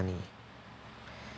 money